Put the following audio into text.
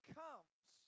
comes